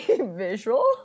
visual